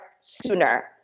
sooner